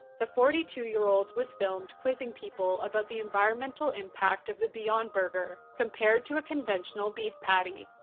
the forty two year old was filmed quizzing people about the environmental impact of the beyond burger compared to a conventional beef patty.